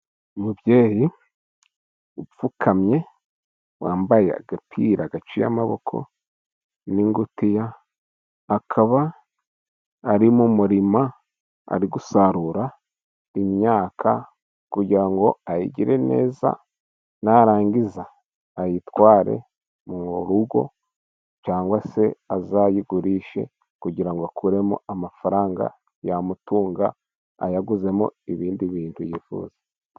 Umubyeyi upfukamye wambaye agapira gaciye amaboko n'ingutiya, akaba ari mu murima ari gusarura imyaka kugira ngo ayigire neza narangiza ayitware mu rugo cyangwa se azayigurishe kugira ngo akuremo amafaranga yamutunga ayaguzemo ibindi bintu yifuza.